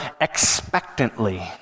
expectantly